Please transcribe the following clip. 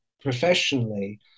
professionally